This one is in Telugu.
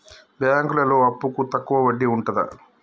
బ్యాంకులలో అప్పుకు తక్కువ వడ్డీ ఉంటదా?